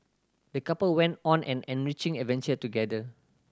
the couple went on an enriching adventure together